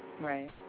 Right